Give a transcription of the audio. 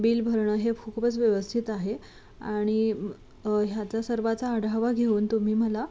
bill भरणं हे खूपच व्यवस्थित आहे आणि ह्याचा सर्वाचा आढावा घेऊन तुम्ही मला